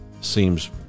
seems